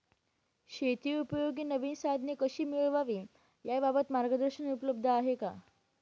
शेतीउपयोगी नवीन साधने कशी मिळवावी याबाबत मार्गदर्शन उपलब्ध आहे का?